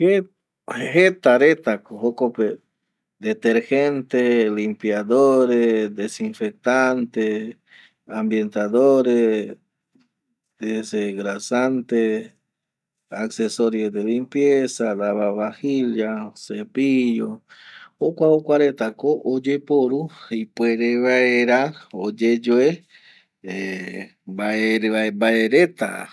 Jeta reta ko jokpe detergente, ambientadores, desengrasante, accesorios de limpieza, cepillos jokua reta ko oyepoiru ipuere vaera oyeyue ˂hesitation˃ mbae reta